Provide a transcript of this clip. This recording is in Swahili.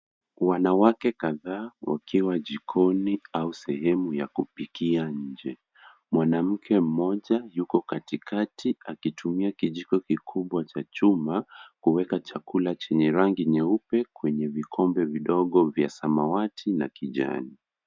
Wanawake kadhaa wakiwa jikoni au sehemu ya kupikia nje. Mwanamke mmoja yuko katikati akitumia kijiko kikubwa cha chuma, kuweka chakula chenye rangi nyeupe kwenye vikombe vidogo vya samawati na kijani.